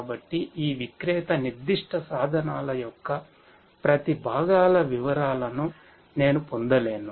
కాబట్టి ఈ విక్రేత నిర్దిష్ట సాధనాల యొక్క ప్రతి భాగాల వివరాలను నేను పొందలేను